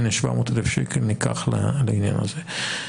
הנה 700,000 שקל ניקח לעניין הזה.